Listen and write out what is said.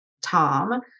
Tom